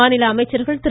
மாநில அமைச்சர்கள் திரு